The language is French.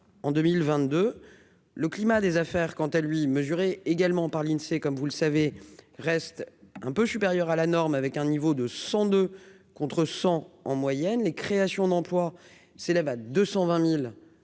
en 2022, le climat des affaires, quant à lui, mesuré également par l'Insee, comme vous le savez, reste un peu supérieur à la norme avec un niveau de 100 de contre 100 en moyenne, les créations d'emplois s'élève à 220000